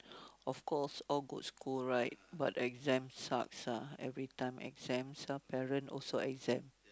of course all good school right but exams sucks ah everytime exams some parent also exam